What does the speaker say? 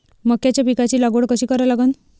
मक्याच्या पिकाची लागवड कशी करा लागन?